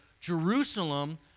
Jerusalem